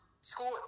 school